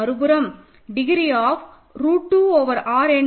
மறுபுறம் degree of root 2 over R என்ன